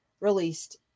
released